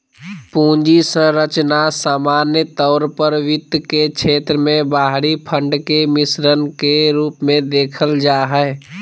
पूंजी संरचना सामान्य तौर पर वित्त के क्षेत्र मे बाहरी फंड के मिश्रण के रूप मे देखल जा हय